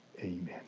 amen